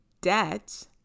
debt